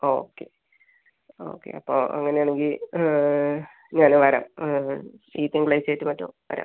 okay okay അപ്പോൾ അങ്ങനെ ആണെങ്കിൽ ഞാൻ വരാം ഈ തിങ്കളാഴ്ചയായിട്ട് മറ്റോ വരാം